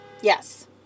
yes